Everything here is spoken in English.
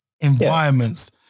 environments